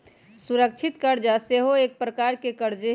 सुरक्षित करजा सेहो एक प्रकार के करजे हइ